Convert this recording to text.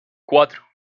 cuatro